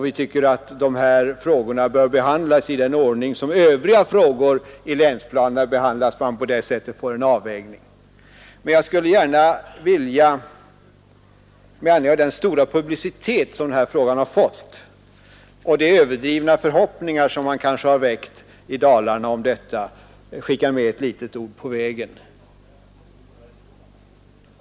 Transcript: Vi tycker att dessa frågor bör behandlas i samma ordning som övriga frågor i länsplanerna. Man får på det sättet en avvägning mellan olika krav. Med anledning av den stora publicitet som denna fråga fått och de överdrivna förhoppningar man kanske väckt i Dalarna skulle jag gärna vilja skicka med ett litet ord på vägen.